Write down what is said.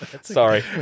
Sorry